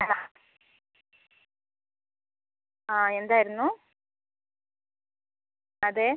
hello ആ എന്തായിരുന്നു അതെ